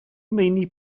meini